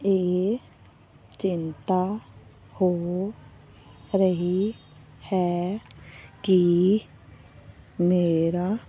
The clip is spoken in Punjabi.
ਇਹ ਚਿੰਤਾ ਹੋ ਰਹੀ ਹੈ ਕਿ ਮੇਰਾ